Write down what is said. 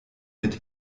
mit